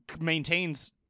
maintains